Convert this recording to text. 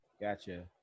gotcha